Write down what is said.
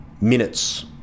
minutes